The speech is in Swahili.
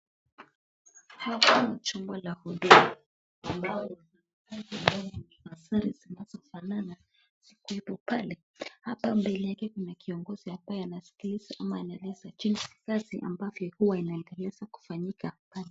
Hapo mchumba la huko. Mambo yote yamefanana. Siku ipo pale. Hapa mbele yake kuna kiongozi ambaye anasikiliza ama anaeleza jinsi kazi ambavyo huwa inaendeleza kufanyika pale.